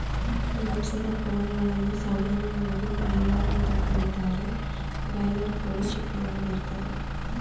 ಮಾಂಸದ ಕೋಳಿಗಳನ್ನು ಸಾಮಾನ್ಯವಾಗಿ ಬಾಯ್ಲರ್ ಅಂತ ಕರೀತಾರೆ ಬಾಯ್ಲರ್ ಕೋಳಿ ಚಿಕ್ಕದಾಗಿರ್ತದೆ